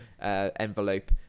envelope